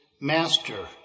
master